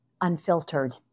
unfiltered